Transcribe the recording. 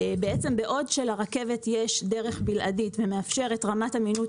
בעוד שלרכבת יש דרך בלעדית שמאפשרת רמת אמינות